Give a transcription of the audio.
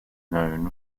known